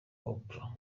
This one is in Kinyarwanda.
oprah